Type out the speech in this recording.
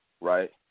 right